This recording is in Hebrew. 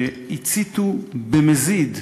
שהציתו במזיד,